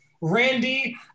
Randy